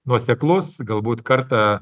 nuoseklus galbūt kartą